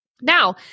Now